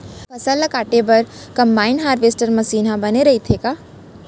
फसल ल काटे बर का कंबाइन हारवेस्टर मशीन ह बने रइथे का?